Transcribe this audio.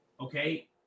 okay